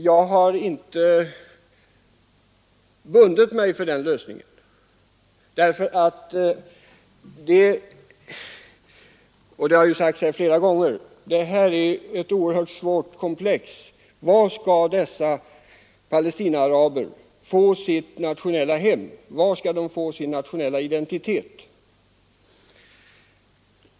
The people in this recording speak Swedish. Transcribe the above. Jag har inte bundit mig för den lösningen därför att detta — och det har ju sagts här flera gånger — är ett oerhört svårt komplex. Var skall dessa Palestinaaraber få sitt nationella hem, var skall de få sin nationella identitet?